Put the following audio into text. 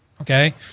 Okay